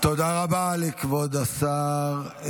תודה רבה לכבוד השר.